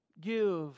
give